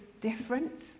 different